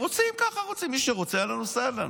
מי שרוצה, אהלן וסהלן.